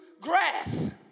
grass